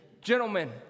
Gentlemen